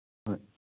ꯍꯣꯏ